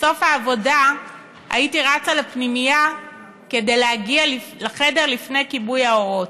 בסוף העבודה הייתי רצה לפנימייה כדי להגיע לחדר לפני כיבוי האורות.